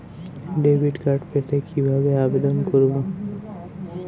Debit card পেতে কিভাবে আবেদন করব?